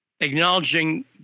acknowledging